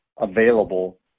available